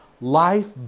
Life